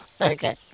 Okay